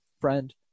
friend